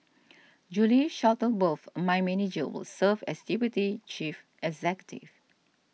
Julie Shuttleworth a mine manager will serve as deputy chief executive